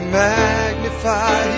magnify